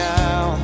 now